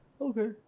okay